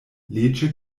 leĝe